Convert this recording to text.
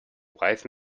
wise